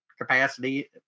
capacity